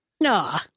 Nah